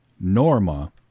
Norma